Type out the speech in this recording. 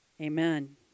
Amen